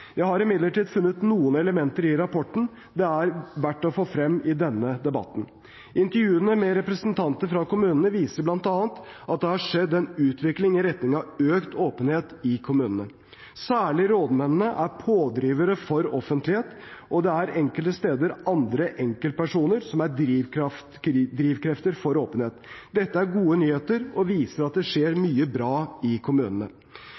Jeg har imidlertid funnet noen elementer i rapporten det er verdt å få frem i denne debatten. Intervjuene med representanter fra kommunene viser bl.a. at det har skjedd en utvikling i retning av økt åpenhet i kommunene. Særlig rådmennene er pådrivere for offentlighet, og det er enkelte steder andre enkeltpersoner som er drivkrefter for åpenhet. Dette er gode nyheter og viser at det skjer mye bra i kommunene.